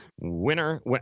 Winner